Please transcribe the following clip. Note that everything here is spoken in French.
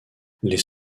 les